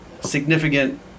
significant